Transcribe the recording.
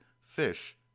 fish